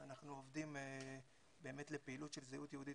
אז אנחנו עובדים על פעילות לזהות יהודית